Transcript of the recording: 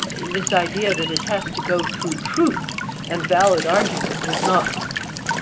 this idea that it has to go through truth and valid argument, was not central.